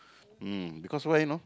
mm because why you know